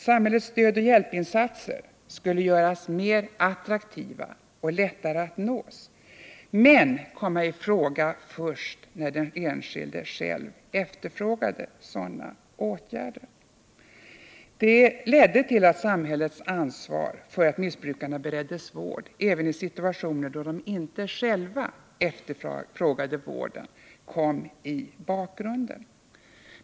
Samhällets stödoch hjälpinsatser skulle göras mera attraktiva och lättare att nå men komma i fråga först när den enskilde själv efterfrågade sådana åtgärder. Det ledde till att samhällets ansvar för att missbrukarna bereddes vård även i situationer, då de inte själva efterfrågade vården, kom i bakgrunden.